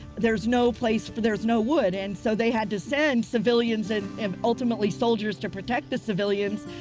there's no place for, there's no wood. and so they had to send civilians, and and ultimately soldiers to protect the civilians,